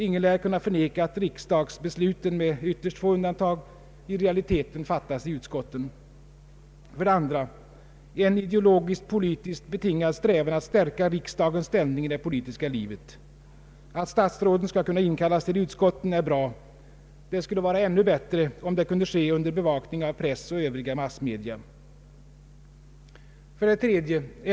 Ingen lär kunna förneka att riksdagsbesluten med ytterst få undantag i realiteten fattas i utskotten. 2. En ideologiskt-politiskt betingad strävan att stärka riksdagens ställning i det politiska livet. Att statsråden skall kunna inkallas till utskotten är bra. Det skulle vara ännu bättre, om det kunde ske under bevakning av press och övriga massmedia. 3.